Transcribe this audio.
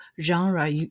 genre